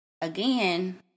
again